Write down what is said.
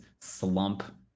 slump